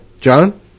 John